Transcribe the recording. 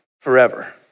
forever